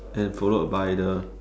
and followed by the